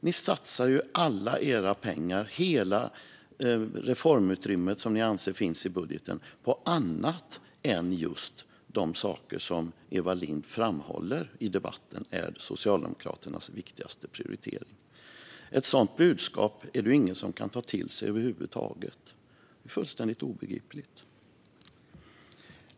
Ni satsar ju alla era pengar, hela det reformutrymme som ni anser finns i budgeten, på annat än just de saker som Eva Lindh framhåller i debatten som Socialdemokraternas viktigaste prioritering. Ett sådant budskap är det ingen som kan ta till sig över huvud taget; det är fullständigt obegripligt.